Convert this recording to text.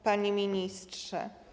Panie Ministrze!